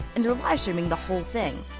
and they're live streaming the whole thing.